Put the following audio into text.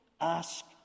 ask